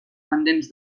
pendents